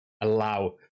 allow